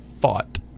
fought